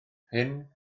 hyn